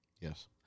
Yes